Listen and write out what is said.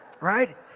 Right